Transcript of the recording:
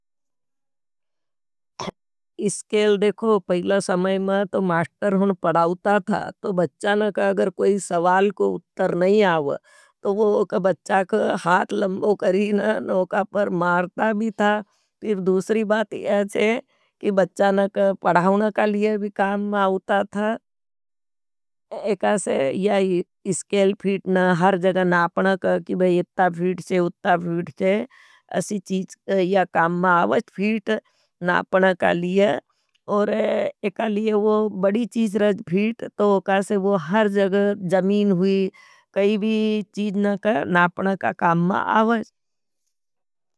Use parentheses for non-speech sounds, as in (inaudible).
(hesitation) इसकेल देखो, पहिला समय में तो मास्टर होन पढ़ाओता था। तो बच्चान का अगर कोई सवाल को उत्तर नहीं आओ। तो वो बच्चा का हाथ लंबो करी न नोकापर मारता भी था। फिर दूसरी बात या छे। की बच्चा ना का पढ़ौना के लिए भी काम मा आउता था। एखा से या स्केल फीटना हर जगह नापना का भाई इत्ता फीट से उत्त फीट से इसी चीज से या काम मा अवत। फीट नापना के लिए और एखा लिए बड़ी चीज रहेज फ़िट तो ओखा से व हर जगह ज़मीन हुई कई भी चीज का नापना मा काम माँ अवत।